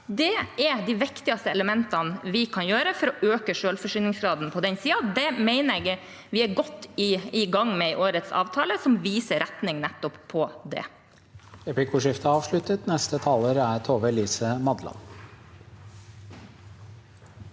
Det er de viktigste elementene for å øke selvforsyningsgraden på den siden. Det mener jeg vi er godt i gang med i årets avtale, som viser retning nettopp på det.